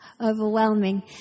overwhelming